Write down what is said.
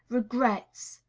regrets!